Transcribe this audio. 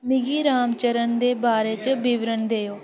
मिगी रामचरण दे बारे च विवरण देओ